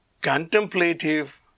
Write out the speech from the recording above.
Contemplative